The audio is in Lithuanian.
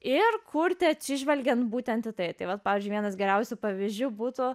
ir kurti atsižvelgiant būtent tai vat pavyzdžiui vienas geriausių pavyzdžių būtų